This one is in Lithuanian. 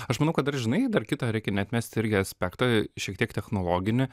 aš manau kad dar žinai dar kitą reikia neatmesti irgi aspektą šiek tiek technologinį